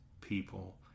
people